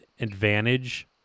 advantage